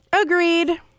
Agreed